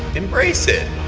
embrace it.